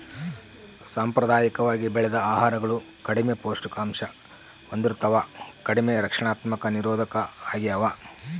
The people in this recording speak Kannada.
ಸಾಂಪ್ರದಾಯಿಕವಾಗಿ ಬೆಳೆದ ಆಹಾರಗಳು ಕಡಿಮೆ ಪೌಷ್ಟಿಕಾಂಶ ಹೊಂದಿರ್ತವ ಕಡಿಮೆ ರಕ್ಷಣಾತ್ಮಕ ನಿರೋಧಕ ಆಗ್ಯವ